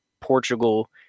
Portugal